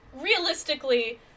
realistically